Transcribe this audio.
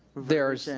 there's,